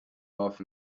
off